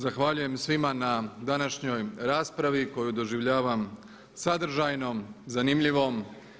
Zahvaljujem svima na današnjoj raspravi koju doživljavam sadržajnom, zanimljivom.